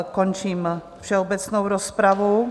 Končím všeobecnou rozpravu.